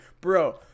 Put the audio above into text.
Bro